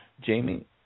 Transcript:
Jamie